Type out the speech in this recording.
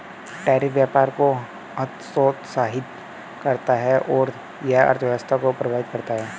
tariff व्यापार को हतोत्साहित करता है और यह अर्थव्यवस्था को प्रभावित करता है